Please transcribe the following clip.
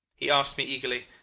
he asked me eagerly,